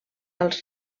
als